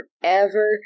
forever